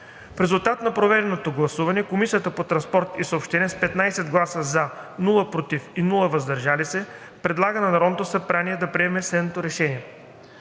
В резултат на проведеното гласуване Комисията по транспорт и съобщения с 15 гласа „за“, без „против“ и „въздържал се“ предлага на Народното събрание да приеме следното решение: